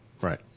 Right